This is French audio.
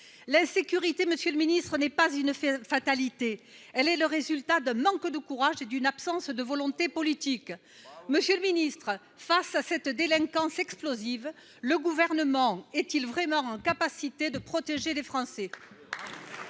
L'insécurité, monsieur le ministre, n'est pas une fatalité. Elle est le résultat d'un manque de courage et d'une absence de volonté politique. Monsieur le ministre, face à cette délinquance explosive, le Gouvernement est-il vraiment en capacité de protéger les Français ?